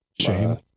Shame